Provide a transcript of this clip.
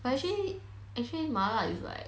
but actually actually 麻辣 is like